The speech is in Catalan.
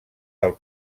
del